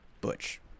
Butch